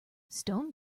stone